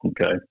Okay